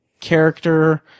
character